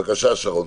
בבקשה, שרון.